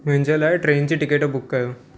मुंहिंजे लाइ ट्रेन जी टिकट बुक कयो